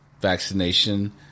vaccination